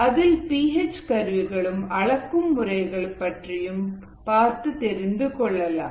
அதில் p H கருவிகளும் அளக்கும் முறைகளைப் பற்றியும் பார்த்து தெரிந்து கொள்ளலாம்